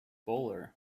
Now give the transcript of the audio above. bowler